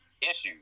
issues